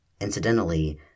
Incidentally